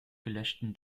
gelöschten